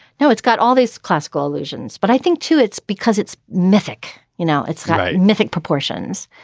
no it's got all these classical allusions but i think too it's because it's mythic you know it's mythic proportions.